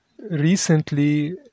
recently